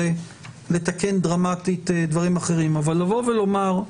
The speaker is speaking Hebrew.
לתקן דרמטית דברים אחרים אבל לבוא ולומר,